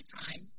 time